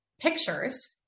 pictures